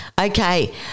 Okay